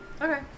Okay